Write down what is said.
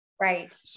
Right